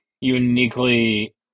uniquely –